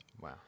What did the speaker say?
Wow